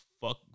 fuck